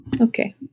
Okay